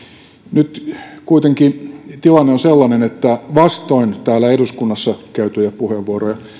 nyt kuitenkin tilanne on sellainen että vastoin täällä eduskunnassa käytettyjä puheenvuoroja